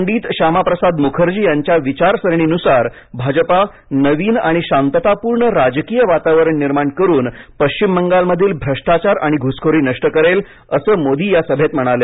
पंडित श्यामाप्रसाद मुखर्जी यांच्या विचारसरणीनुसार भाजपा नवीन आणि शांततापूर्ण राजकीय वातावरण निर्माण करून पश्चिम बंगालमधील भ्रष्टाचार आणि घुसखोरी नष्ट करेल असं मोदी या सभेत म्हणाले